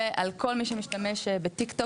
שעל כל מי שמשתמש בטיקטוק,